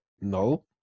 No